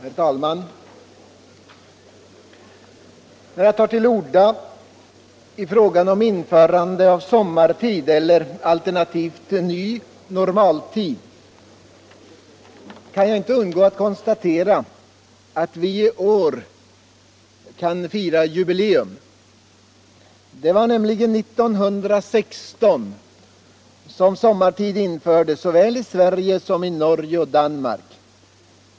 Herr talman! När jag tar till orda i frågan om införande av sommartid eller alternativt ny normaltid kan jag inte undgå att konstatera att vi i år kan fira jubileum. Det var nämligen 1916 som sommartid infördes såväl i Sverige som i Norge och Danmark.